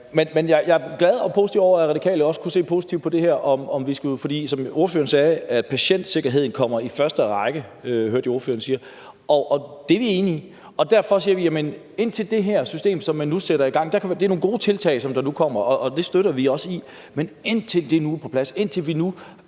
Men jeg er glad for og positiv over, at Radikale også kunne se positivt på det her, for ordføreren sagde, at patientsikkerheden kommer i første række. Det hørte jeg ordføreren sige, og det er vi enige i. Derfor siger vi tolkemulighed, indtil det her system, som man nu sætter i gang, virker. Det er nogle gode tiltag, der nu kommer, og det støtter vi også, men indtil det er på plads, indtil vi er